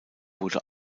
wurde